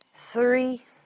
Three